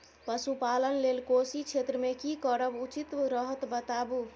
पशुपालन लेल कोशी क्षेत्र मे की करब उचित रहत बताबू?